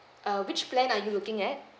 uh which plan are you looking at